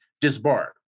disbarred